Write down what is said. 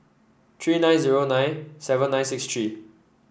three nine zero nine seven nine six three